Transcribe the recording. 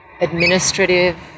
administrative